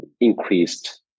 increased